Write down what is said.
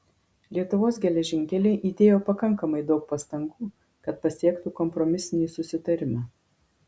lietuvos geležinkeliai įdėjo pakankamai daug pastangų kad pasiektų kompromisinį susitarimą